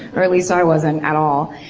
or at least i wasn't, at all.